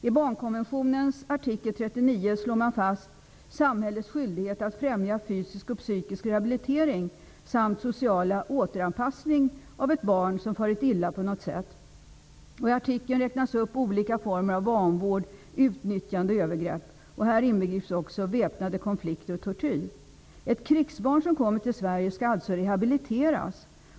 I barnkonventionens artikel 39 slår man fast samhällets skyldighet att främja fysisk och psykisk rehabilitering samt social återanpassning av ett barn som farit illa på något sätt. I artikeln räknas olika former av vanvård, utnyttjande och övergrepp upp. I det här sammanhanget inbegrips också väpnade konflikter och tortyr. Ett krigsbarn som kommer till Sverige skall alltså rehabiliteras.